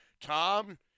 Tom